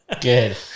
Good